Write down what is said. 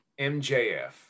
MJF